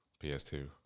PS2